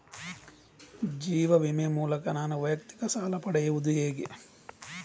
ಜೀವ ವಿಮೆ ಮೂಲಕ ನಾನು ವೈಯಕ್ತಿಕ ಸಾಲ ಪಡೆಯುದು ಹೇಗೆ?